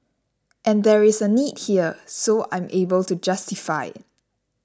and there is a need here so I'm able to justify it